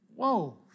Whoa